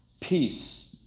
peace